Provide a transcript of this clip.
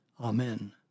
Amen